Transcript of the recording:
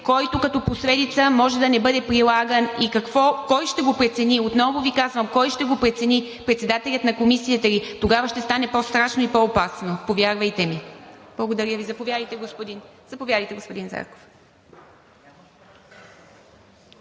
който като последица може да не бъде прилаган и кой ще го прецени? Отново Ви казвам, кой ще го прецени – председателят на комисията ли? Тогава ще стане по-страшно и по-опасно, повярвайте ми. Благодаря Ви. (Шум и реплики: